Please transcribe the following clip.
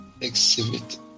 exhibit